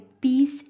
peace